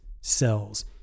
cells